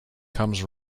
comes